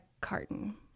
carton